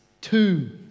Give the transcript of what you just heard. Two